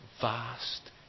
vast